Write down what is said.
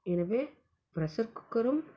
எனவே ப்ரெஷர் குக்கரும்